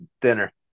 Dinner